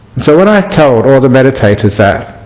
so when i told all the meditators that,